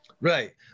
right